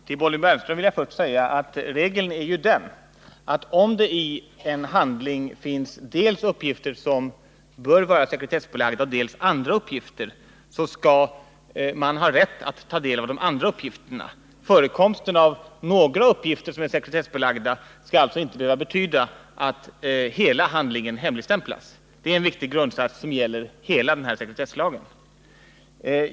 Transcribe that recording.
Fru talman! Först vill jag säga till Bonnie Bernström att regeln ju är den, att om det i en handling finns dels uppgifter som bör vara sekretessbelagda, dels andra uppgifter, skall man ha rätt att ta del av de andra uppgifterna. Förekomsten av några uppgifter som är sekretessbelagda skall alltså inte behöva betyda att hela handlingen hemligstämplas. Detta är en viktig grundsats som gäller hela sekretesslagen.